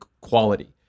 quality